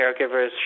caregivers